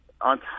on